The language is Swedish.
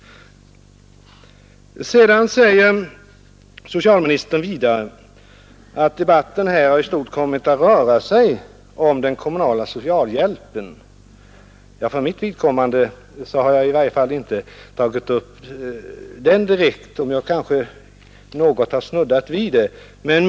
Vidare säger socialministern att debatten här i stort sett har kommit att röra sig om den kommunala socialhjälpen. Jag har i varje fall för mitt vidkommande inte tagit upp den direkt, även om jag kanske något har snuddat vid den.